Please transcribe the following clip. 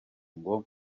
ngo